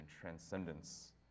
transcendence